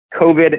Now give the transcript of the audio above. COVID